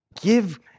Give